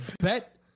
bet